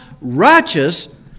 righteous